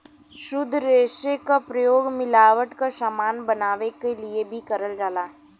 शुद्ध रेसे क प्रयोग मिलावट क समान बनावे क लिए भी करल जाला